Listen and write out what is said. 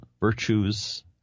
virtues